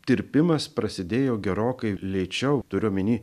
tirpimas prasidėjo gerokai lėčiau turiu omeny